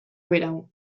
berau